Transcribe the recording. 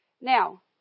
Now